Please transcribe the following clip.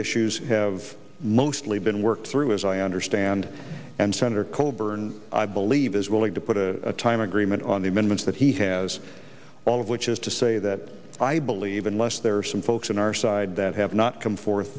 issues have mostly been worked through as i understand and senator coburn i believe is willing to put a time agreement on the amendments that he has all of which is to say that i believe unless there are some folks on our side that have not come